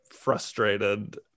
frustrated